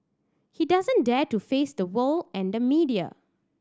he doesn't dare to face the world and the media